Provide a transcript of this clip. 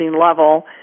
level